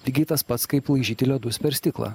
lygiai tas pats kaip laižyti ledus per stiklą